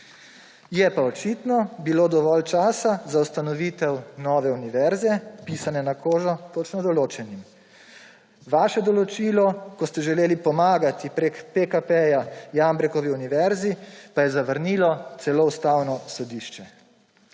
Je pa očitno bilo dovolj časa za ustanovitev nove univerze, pisane na kožo točno določenim. Vaše določilo, ko ste želeli pomagati prek PKP Jambrekovi univerzi, pa je zavrnilo celo Ustavno sodišče.